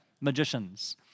magicians